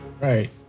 Right